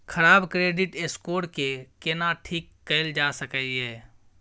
खराब credit score के केना ठीक कैल जा सकै ये?